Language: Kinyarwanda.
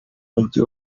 mujyi